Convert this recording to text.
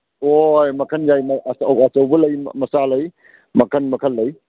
ꯍꯣꯏ ꯃꯈꯟ ꯂꯩ ꯑꯆꯧꯕ ꯂꯩ ꯃꯆꯥ ꯂꯩ ꯃꯈꯟ ꯃꯈꯟ ꯂꯩ